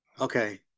Okay